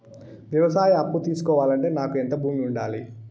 వ్యవసాయ అప్పు తీసుకోవాలంటే నాకు ఎంత భూమి ఉండాలి?